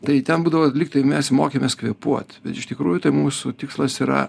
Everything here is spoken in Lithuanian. tai tai ten būdavo lyg tai mes mokėmės kvėpuot iš tikrųjų tai mūsų tikslas yra